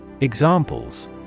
Examples